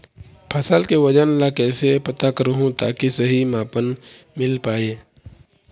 फसल के वजन ला कैसे पता करहूं ताकि सही मापन मील पाए?